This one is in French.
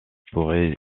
pourrait